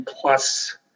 plus